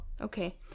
Okay